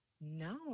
no